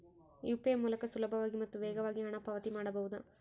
UPI ಮೂಲಕ ಸುಲಭವಾಗಿ ಮತ್ತು ವೇಗವಾಗಿ ಹಣ ಪಾವತಿ ಮಾಡಬಹುದಾ?